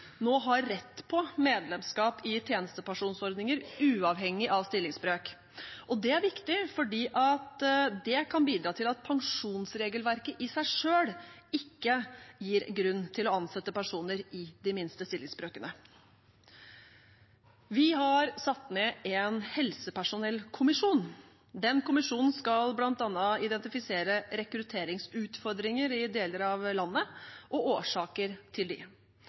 nå har rett på medlemskap i tjenestepensjonsordninger uavhengig av stillingsbrøk. Det er viktig, for det kan bidra til at pensjonsregelverket i seg selv ikke gir grunn til å ansette personer i de minste stillingsbrøkene. Vi har satt ned en helsepersonellkommisjon. Den kommisjonen skal bl.a. identifisere rekrutteringsutfordringer i deler av landet og årsaker til